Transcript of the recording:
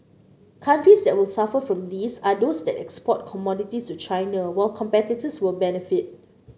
countries that will suffer from this are those that export commodities to China while competitors will benefit